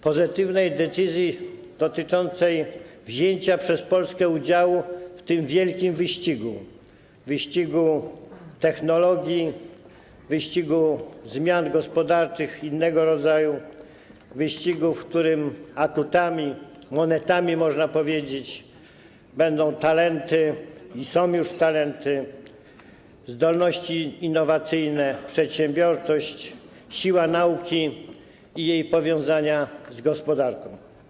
Pozytywnej decyzji dotyczącej wzięcia przez Polskę udziału w tym wielkim wyścigu, wyścigu technologii, wyścigu zmian gospodarczych innego rodzaju, wyścigu, w którym atutami, monetami, można powiedzieć, będą talenty i są już talenty, zdolności innowacyjne, przedsiębiorczość, siła nauki i jej powiązania z gospodarką.